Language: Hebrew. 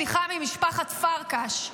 בשם מנעמי השלטון,